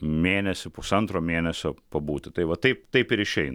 mėnesį pusantro mėnesio pabūti tai va taip taip ir išeina